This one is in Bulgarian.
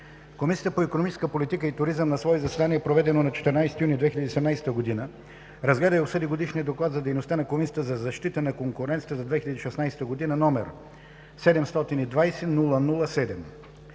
Комисията по икономическа политика и туризъм на свое заседание, проведено на 14 юни 2017 г., разгледа и обсъди Годишния доклад за дейността на Комисията за защита на конкуренцията за 2016 г., № 720-00-7.